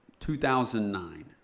2009